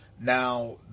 Now